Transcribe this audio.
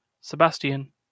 Sebastian